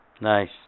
nice